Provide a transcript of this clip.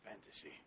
fantasy